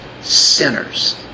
Sinners